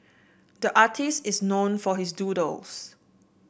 the artist is known for his doodles